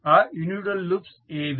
ఆ individual loops ఏవి